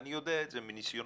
אני יודע את זה מניסיוני.